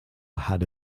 had